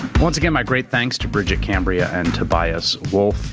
once again, my great thanks to bridget cambria and tobias wolff.